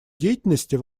деятельности